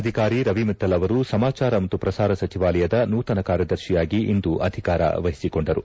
ಅಧಿಕಾರಿ ರವಿ ಮಿತ್ತಲ್ ಅವರು ಸಮಾಚಾರ ಮತ್ತು ಪ್ರಸಾರ ಸಚಿವಾಲಯದ ನೂತನ ಕಾರ್ಯದರ್ಶಿಯಾಗಿ ಇಂದು ಅಧಿಕಾರ ವಹಿಸಿಕೊಂಡರು